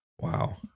Wow